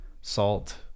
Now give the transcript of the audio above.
salt